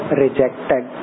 rejected